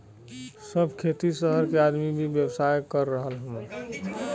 सब खेती सहर के आदमी भी व्यवसाय कर रहल हउवन